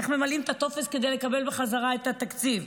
איך ממלאים את הטופס כדי לקבל בחזרה את התקציב.